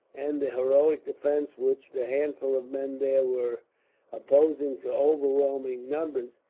and the heroic defence which the handful of men there were opposing to overwhelming numbers,